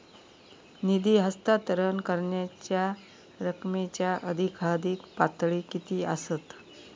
निधी हस्तांतरण करण्यांच्या रकमेची अधिकाधिक पातळी किती असात?